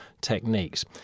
techniques